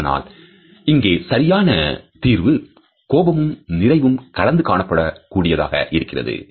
அதனால் இங்கே சரியான தீர்வு கோபமும் நிறைவும் கலந்து காணப்படும் கூடியதாக இருக்கிறது